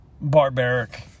Barbaric